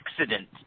accident